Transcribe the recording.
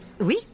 oui